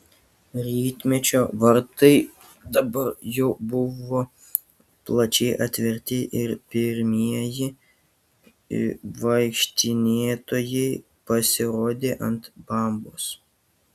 rytmečio vartai dabar jau buvo plačiai atverti ir pirmieji vaikštinėtojai pasirodė ant dambos